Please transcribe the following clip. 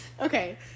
Okay